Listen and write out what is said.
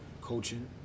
Coaching